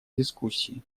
дискуссии